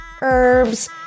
herbs